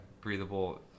breathable